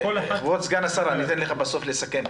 כבוד סגן השר, אני אתן לך בסוף לסכם.